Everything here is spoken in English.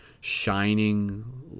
shining